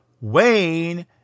Wayne